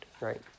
right